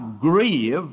grieve